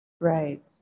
Right